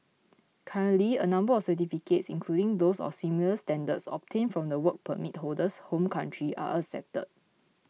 currently a number of certificates including those of similar standards obtained from the Work Permit holder's home country are accepted